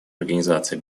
организации